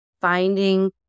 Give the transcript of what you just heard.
Finding